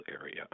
area